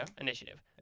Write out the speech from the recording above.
initiative